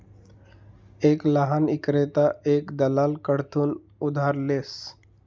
एक लहान ईक्रेता एक दलाल कडथून उधार लेस